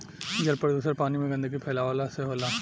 जल प्रदुषण पानी में गन्दगी फैलावला से होला